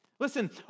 Listen